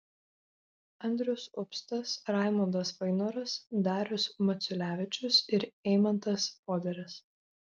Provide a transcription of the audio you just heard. andrius upstas raimundas vainoras darius maciulevičius ir eimantas poderis